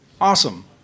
Awesome